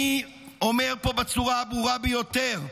אני אומר פה בצורה הברורה ביותר: